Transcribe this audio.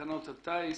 תקנות הטיס